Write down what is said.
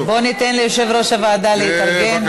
בואו ניתן ליושב-ראש הוועדה להתארגן.